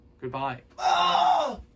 Goodbye